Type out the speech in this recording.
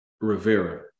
Rivera